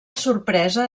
sorpresa